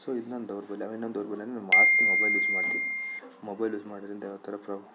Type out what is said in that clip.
so ಇದು ನನ್ನ ದೌರ್ಬಲ್ಯ ಆಮೇಲೆ ನನ್ನ ದೌರ್ಬಲ್ಯ ಅಂದರೆ ನಾನು ಜಾಸ್ತಿ ಮೊಬೈಲ್ ಯೂಸ್ ಮಾಡ್ತೀನಿ ಮೊಬೈಲ್ ಯೂಸ್ ಮಾಡೋದ್ರಿಂದ ಯಾವ ಥರ ಪ್ರಾಬ್ಲಮ್